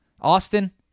Austin